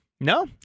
No